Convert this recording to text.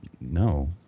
No